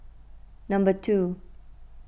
number two